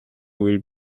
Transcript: will